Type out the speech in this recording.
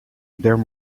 there